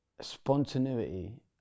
spontaneity